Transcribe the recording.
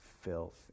filth